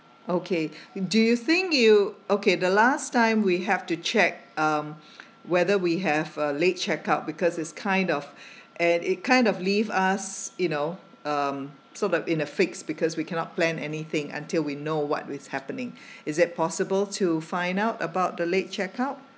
okay do you think you okay the last time we have to check um whether we have a late check out because it's kind of and it kind of leave us you know um sort of in a fix because we cannot plan anything until we know what what is happening is it possible to find out about the late check out